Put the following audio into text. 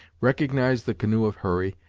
recognized the canoe of hurry,